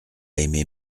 aimé